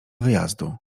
wyjazdu